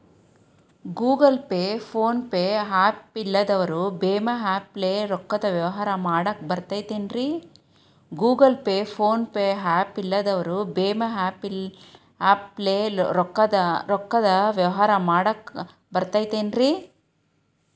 Google Pay, PhonePe app ಇಲ್ಲದವರು ಭೇಮಾ app ಲೇ ರೊಕ್ಕದ ವ್ಯವಹಾರ ಮಾಡಾಕ್ ಬರತೈತೇನ್ರೇ?